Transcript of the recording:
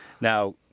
now